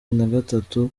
nagatatu